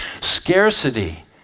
Scarcity